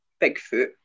Bigfoot